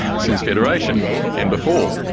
since federation and before.